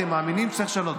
אתם מאמינים שצריך לשנות?